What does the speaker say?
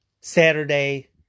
Saturday